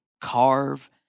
carve